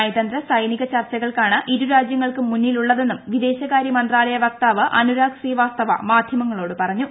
നയതന്ത്ര സൈനിക്കും ചർച്ചകളാണ് ഇരുരാജ്യങ്ങൾക്കും മുന്നിലുള്ളതെന്നും വിദേശകാര്യമന്ത്രാലയ വക്താവ് അനുരാഗ് ശ്രീവാസ്തവ മാധ്യമങ്ങളോട് പറഞ്ഞു